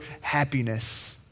happiness